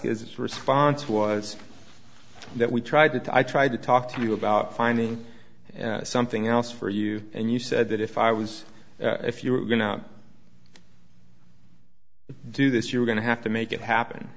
is this response was that we tried to i tried to talk to you about finding something else for you and you said that if i was if you were going to do this you're going to have to make it happen